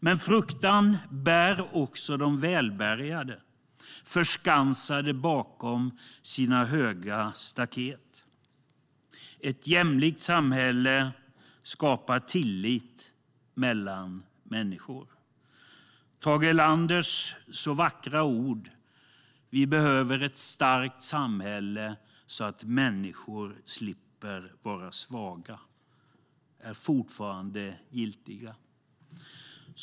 Men fruktan bär också de välbärgade, förskansade bakom sina höga staket. Ett jämlikt samhälle, däremot, skapar tillit mellan människor. Tage Erlanders så vackra ord om att vi behöver ett starkt samhälle så att människor slipper vara svaga är fortfarande giltiga.